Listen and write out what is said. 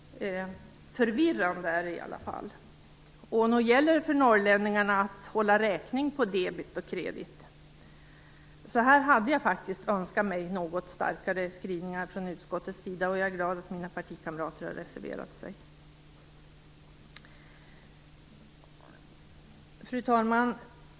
Förvirrande är det i alla fall. Nog gäller det för norrlänningarna att hålla räkning på debet och kredit. Här hade jag faktiskt önskat mig något starkare skrivningar från utskottets sida, och jag är glad att mina partikamrater har reserverat sig. Fru talman!